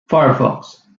firefox